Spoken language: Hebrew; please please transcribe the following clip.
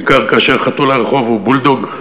בעיקר כאשר חתול הרחוב הוא בולדוג,